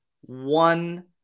One